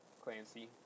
Clancy